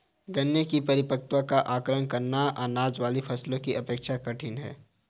गन्ने की परिपक्वता का आंकलन करना, अनाज वाली फसलों की अपेक्षा कठिन है